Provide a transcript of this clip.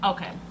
Okay